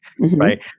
right